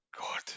God